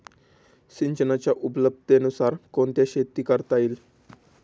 सिंचनाच्या उपलब्धतेनुसार कोणत्या शेती करता येतील?